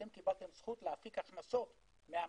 אתם קיבלתם זכות להפיק הכנסות מהמשאב.